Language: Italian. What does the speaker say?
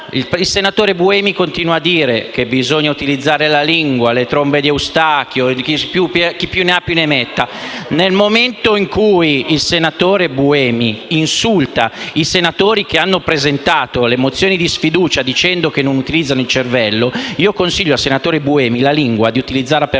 il senatore Buemi continua a dire che non bisogna utilizzare la lingua, le trombe di Eustachio e chi più ne ha più ne metta, ma, nel momento in cui il senatore Buemi insulta i senatori che hanno presentato le mozioni di sfiducia dicendo che non utilizzano il cervello, consiglio al senatore Buemi di utilizzare la lingua